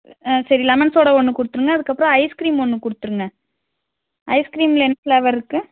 ஆ சரி lemon soda ஒன்று கொடுத்துருங்க அதுக்கப்புறம் ஐஸ்கிரீம் ஒன்று கொடுத்துருங்க ஐஸ்கிரீமில் என்ன ஃபிளேவர் இருக்குது